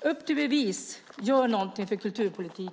Upp till bevis! Gör något för kulturpolitiken!